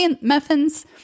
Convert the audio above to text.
muffins